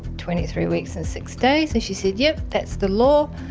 twenty three weeks and six days, and she said yep that's the law,